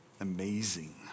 Amazing